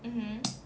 mmhmm